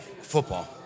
football